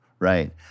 Right